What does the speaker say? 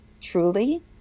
truly